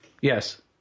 Yes